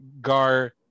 Gar